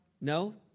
No